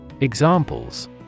Examples